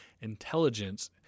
intelligence